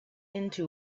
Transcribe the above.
into